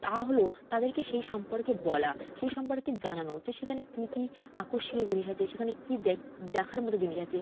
তা হল তাদেরকে সেই সম্পর্কে বলা সেই সম্পর্কে জানানো যে সেখানে কী কী আকর্ষণীয় জিনিস আছে সেখানে কী দেখার মতো জিনিস আছে